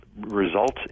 results